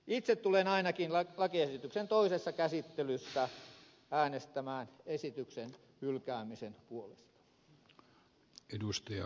itse tulen ainakin lakiesityksen toisessa käsittelyssä äänestämään esityksen hylkäämisen puolesta